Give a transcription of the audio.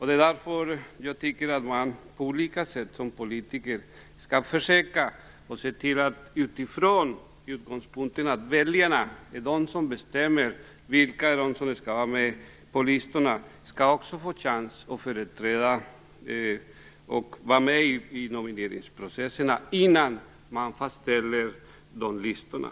Det är därför jag tycker att man som politiker på många olika sätt skall försöka se till att väljarna, utifrån utgångspunkten att det är väljarna som bestämmer vilka som skall vara med på listorna, också skall få chansen att vara med i nomineringsprocessen innan listorna fastställs.